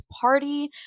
party